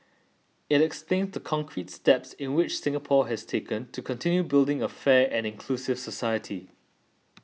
it explains the concrete steps in which Singapore has taken to continue building a fair and inclusive society